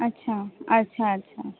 अच्छा अच्छा अच्छा